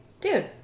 dude